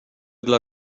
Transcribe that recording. dla